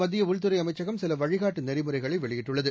மத்தியஉள்துறைஅமைச்சகம் சிலவழிகாட்டுநெறிமுறைகளைவெளியிட்டுள்ளது